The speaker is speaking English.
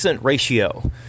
ratio